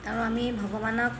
আৰু আমি ভগৱানক